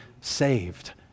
saved